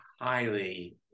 highly